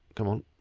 come on,